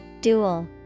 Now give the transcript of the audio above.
Dual